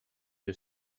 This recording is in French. que